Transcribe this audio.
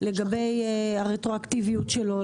לגבי הרטרואקטיביות שלו,